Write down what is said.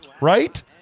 right